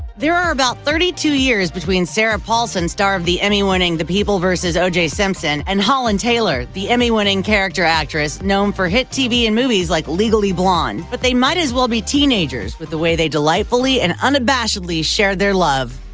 there are about thirty two years between sarah paulson, star of the emmy-winning the people vs. o j. simpson, and holland taylor, the emmy-winning character actress, known for hit tv and movies like legally blonde. but they might as well be teenagers with the way they delightfully and unabashedly share their love.